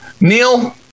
Neil